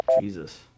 Jesus